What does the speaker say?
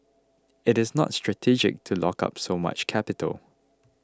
it is not strategic to lock up so much capital